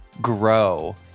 grow